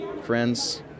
Friends